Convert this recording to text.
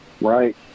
Right